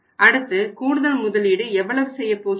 அடுத்து கூடுதல் முதலீடு எவ்வளவு செய்யப்போகிறோம்